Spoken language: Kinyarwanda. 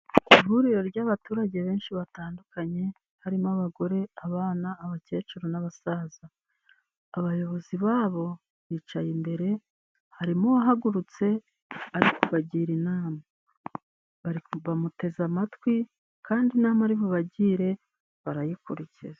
Ihuriro ry'abaturage benshi batandukanye harimo: abagore, abana, abakecuru n'abasaza, abayobozi babo bicaye imbere harimo uwahagurutse ari kubagira inama, bamuteze amatwi kandi inama ari bubagire barayikurikiza.